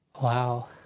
Wow